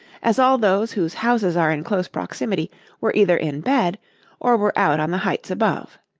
as all those whose houses are in close proximity were either in bed or were out on the heights above.